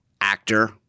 actor